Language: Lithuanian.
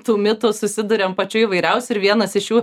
tų mitų susiduriam pačių įvairiausių ir vienas iš jų